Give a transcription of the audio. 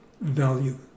value